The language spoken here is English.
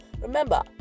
Remember